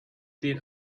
den